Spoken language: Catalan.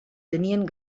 tenien